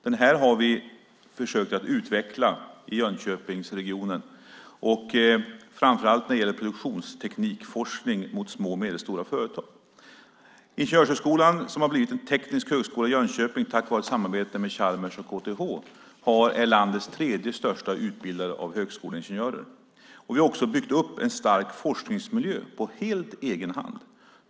Den har vi försökt att utveckla i Jönköpingsregionen, framför allt när det gäller produktionsteknikforskning när det gäller små och medelstora företag. Ingenjörshögskolan, som har blivit en teknisk högskola i Jönköping tack vare ett samarbete med Chalmers och KTH, är landets tredje största utbildare av högskoleingenjörer. Vi har också byggt upp en stark forskningsmiljö helt på egen hand.